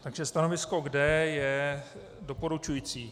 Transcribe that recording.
Takže stanovisko k D je doporučující.